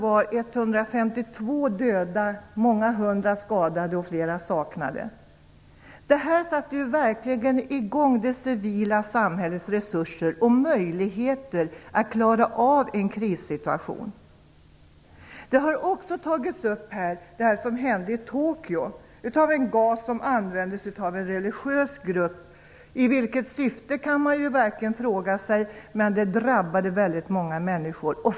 Jag tror att det var Det satte verkligen i gång det civila samhällets resurser och möjligheter att klara av en krissituation. Det har också här tagits upp i Tokyo. Det var en gas som användes av en religiös grupp. Man kan verkligen fråga sig i vilket syfte, men det drabbade väldigt många människor.